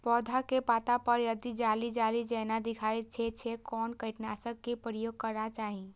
पोधा के पत्ता पर यदि जाली जाली जेना दिखाई दै छै छै कोन कीटनाशक के प्रयोग करना चाही?